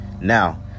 now